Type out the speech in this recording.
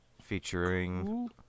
Featuring